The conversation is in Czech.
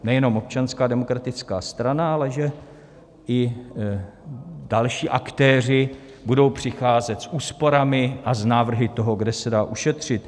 Nejenom Občanská demokratická strana, ale že i další aktéři budou přicházet s úsporami a s návrhy toho, kde se dá ušetřit.